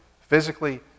physically